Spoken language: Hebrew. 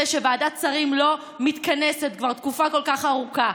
שוועדת שרים לא מתכנסת כבר תקופה כל כך ארוכה,